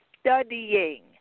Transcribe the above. studying